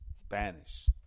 Spanish